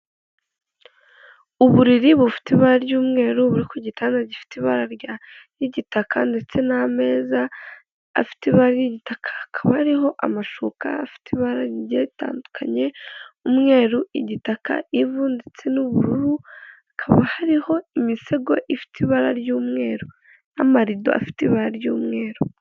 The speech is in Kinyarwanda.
Uburiri bufite ibara ry'umweru buri ku gitanda gifite ibara ry'igitaka ndetse n'ameza afite ibara ry'igitaka, hakaba ariho amashuka afite ibara ritandukanye umweru, igitaka, ivu ndetse n'ubururu, hakaba hariho imisego ifite ibara ry'umweru n'amarido afite ibara ry'umweru.